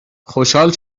خوشحال